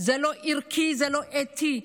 שזה לא ערכי וזה לא אתי.